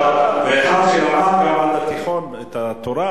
וכאחד שלמד גם בתיכון את התורה,